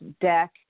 deck